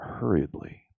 hurriedly